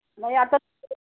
नाही आता